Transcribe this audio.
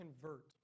convert